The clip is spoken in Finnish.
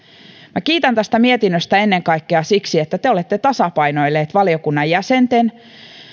minä kiitän tästä mietinnöstä ennen kaikkea siksi että te olette tasapainoilleet valiokunnan jäsenten